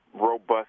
robust